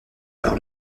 par